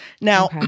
Now